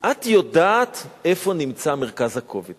את יודעת איפה נמצא מרכז הכובד